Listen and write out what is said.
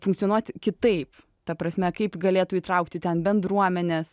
funkcionuoti kitaip ta prasme kaip galėtų įtraukti ten bendruomenes